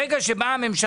עמדה שלא מבוססת